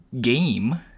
game